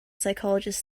psychologist